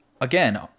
Again